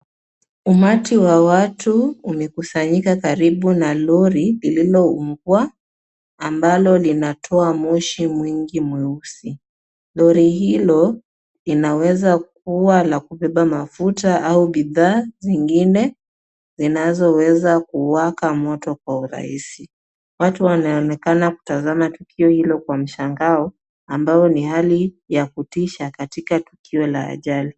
Umati wa watu ulikusanyika karibu na lori lililoungua ambalo linatoa moshi mwingi mweusi. Lori hilo linaweza kuwa la kubeba mafuta au bidhaa zingine zinazoweza kuwaka moto kwa urahisi. Watu wanaonekana kutazama tukio hilo kwa mshangao ambao ni hali ya kutisha katika tukio la ajali.